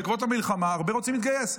בעקבות המלחמה הרבה רוצים להתגייס.